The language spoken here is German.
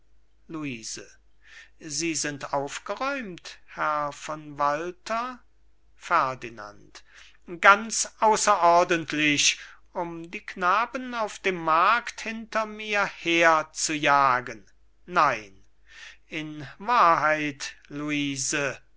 luise sie sind aufgeräumt herr von walter ferdinand ganz außerordentlich um die knaben auf dem markt hinter mir her zu jagen nein in wahrheit luise